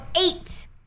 eight